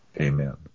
Amen